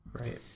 right